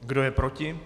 Kdo je proti?